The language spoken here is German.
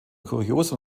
kuriosum